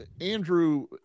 Andrew